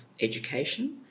education